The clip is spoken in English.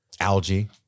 Algae